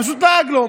פשוט לעג לו.